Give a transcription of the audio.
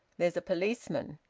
there's a policeman.